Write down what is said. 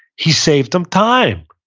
he saved them time.